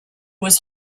was